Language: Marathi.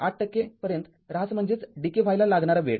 ८ टक्के पर्यंत ऱ्हास Decay व्हायला लागणार वेळ